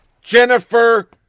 Jennifer